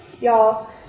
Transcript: Y'all